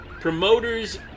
Promoters